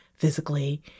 Physically